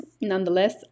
Nonetheless